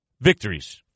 victories